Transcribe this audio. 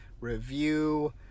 review